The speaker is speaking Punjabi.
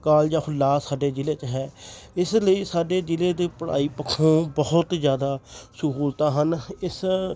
ਕਾਲਜ ਆਫ ਲਾਅ ਸਾਡੇ ਜ਼ਿਲ੍ਹੇ 'ਚ ਹੈ ਇਸ ਲਈ ਸਾਡੇ ਜ਼ਿਲ੍ਹੇ ਦੇ ਪੜ੍ਹਾਈ ਪੱਖੋਂ ਬਹੁਤ ਜ਼ਿਆਦਾ ਸਹੂਲਤਾਂ ਹਨ ਇਸ